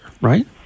right